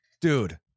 dude